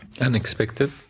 unexpected